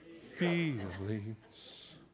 feelings